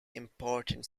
important